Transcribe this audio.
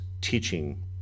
teaching